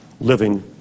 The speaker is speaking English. living